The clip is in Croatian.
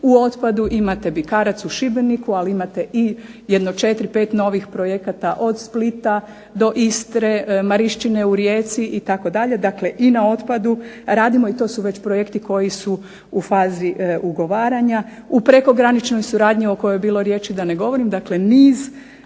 U otpadu imate Bikarac u Šibeniku, ali imate i jedno 4, 5 novih projekata od Splita do Istre, Mariščine u Rijeci itd., dakel i na otpadu radimo i to su već projekti koji su u fazi ugovaranja. U prekograničnoj suradnji o kojoj je bilo riječi da ne govorim, dakle niz